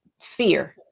fear